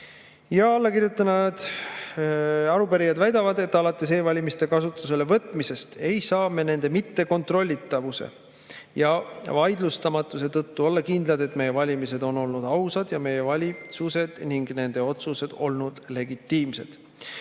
häältega? Allakirjutanud arupärijad väidavad, et alates e-valimiste kasutusele võtmisest ei saa me nende mittekontrollitavuse ja vaidlustamatuse tõttu olla kindlad, et meie valimised on olnud ausad ja meie valitsused ning nende otsused olnud legitiimsed.